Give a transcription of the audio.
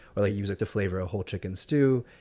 or like use it to flavor a whole chicken stew.